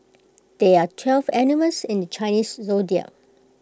there are twelve animals in the Chinese Zodiac